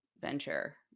venture